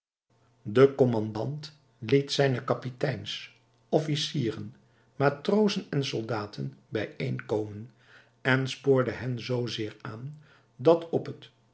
de kommandant liet zijne kapiteins officieren matrozen en soldaten bijeenkomen en spoorde hen zoo zeer aan dat op het